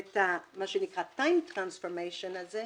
ומה שנקרא "טיים טרנספורמיישן" הזה,